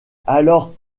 alors